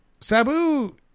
Sabu